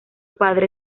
padre